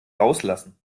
rauslassen